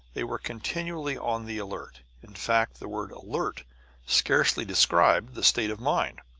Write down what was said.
they were continually on the alert. in fact, the word alert scarcely described the state of mind,